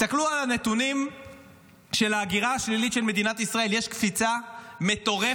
תסתכלו על הנתונים של ההגירה השלילית של מדינת ישראל: יש קפיצה מטורפת,